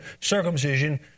circumcision